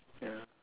ya